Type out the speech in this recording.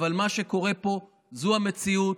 אבל מה שקורה פה זו המציאות.